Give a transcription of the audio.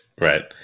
Right